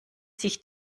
sich